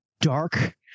dark